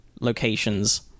locations